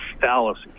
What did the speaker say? fallacy